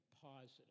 positive